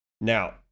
Now